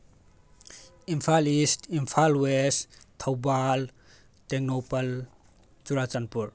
Imphal east Imphal west Thoubal Tengnoupal Churachandpur